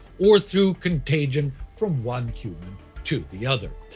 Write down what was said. or through contagion from one human to the other.